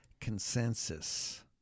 consensus